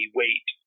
wait